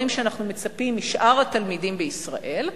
שאנחנו מצפים להם משאר התלמידים בישראל,